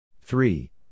Three